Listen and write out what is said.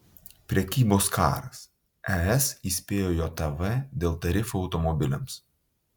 prekybos karas es įspėjo jav dėl tarifų automobiliams